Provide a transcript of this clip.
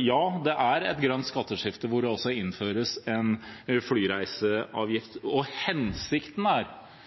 Ja, det er et grønt skatteskifte, hvor det innføres en flyreiseavgift. Hensikten er